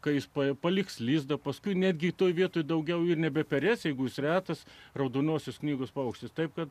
kai jis paliks lizdą paskui netgi toje vietoj daugiau ir nebeperės jeigu jūs retas raudonosios knygos paukštis taip kad